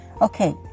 Okay